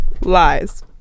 Lies